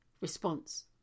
response